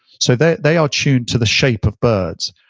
so they they are tuned to the shape of birds.